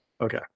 Okay